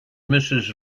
mrs